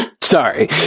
sorry